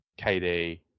KD